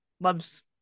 loves